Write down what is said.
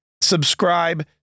subscribe